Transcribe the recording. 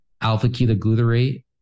alpha-ketoglutarate